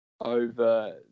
over